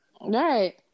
Right